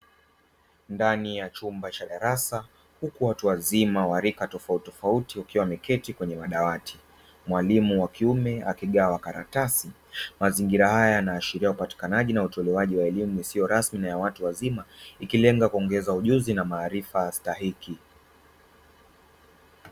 Ndani ya chumba cha darasa huku watu wazima wa rika tofautitofauti wakiwa wameketi kwenye madawati. Mwalimu wa kiume akigawa karatasi. Mazingira haya yanaashiria upatikanaji na utolewaji wa elimu isiyo rasmi na ya watu wazima, ikilenga kuongeza ujuzi na maarifa stahiki.